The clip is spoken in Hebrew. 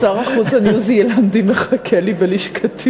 פשוט שר החוץ הניו-זילנדי מחכה לי בלשכתי.